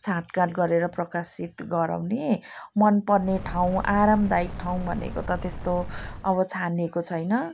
छाँटकाट गरेर प्रकाशित गराउने मन पर्ने ठाउँ आरामदायक ठाउँ भनेको त त्यस्तो अब छानिएको छैन